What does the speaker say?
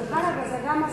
להסברה?